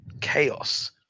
chaos